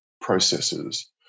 processes